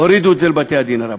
הורידו את זה לבתי-הדין הרבניים.